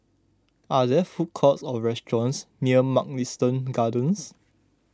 are there food courts or restaurants near Mugliston Gardens